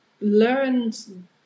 learned